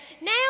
Now